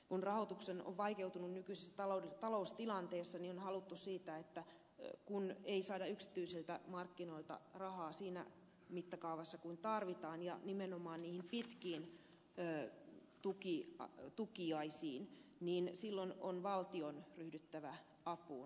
kun rahoitus on vaikeutunut nykyisessä taloustilanteessa ja kun ei saada yksityisiltä markkinoilta rahaa siinä mittakaavassa kuin tarvitaan ja nimenomaan niihin pitkiin tukiaisiin niin silloin on valtion ryhdyttävä apuun